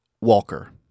Walker